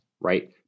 right